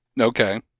Okay